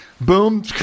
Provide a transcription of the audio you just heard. boom